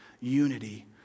Unity